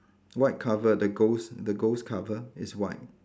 white cover the ghost the ghost cover is white